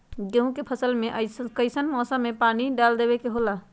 गेहूं के फसल में कइसन मौसम में पानी डालें देबे के होला?